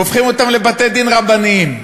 הופכים אותם לבתי-דין רבניים.